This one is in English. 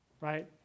right